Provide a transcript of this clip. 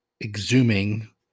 exhuming